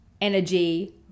energy